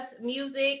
music